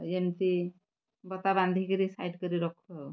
ଏମିତି ବତା ବାନ୍ଧିକିରି ସାଇଡ଼୍ କରି ରଖୁ ଆଉ